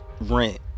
rent